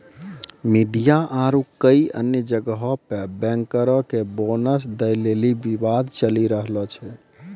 media आरु कई अन्य जगहो पे बैंकरो के बोनस दै लेली विवाद चलि रहलो छै